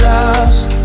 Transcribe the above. Lost